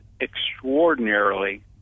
extraordinarily